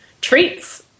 treats